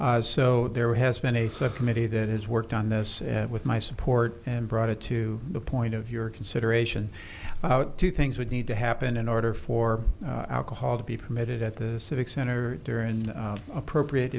here so there has been a subcommittee that has worked on this with my support and brought it to the point of your consideration two things would need to happen in order for alcohol to be permitted at the civic center during appropriate